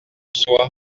soi